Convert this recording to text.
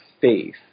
faith